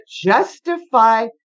justify